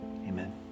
Amen